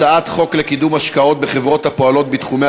הצעת חוק לקידום השקעות בחברות הפועלות בתחומי